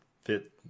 fit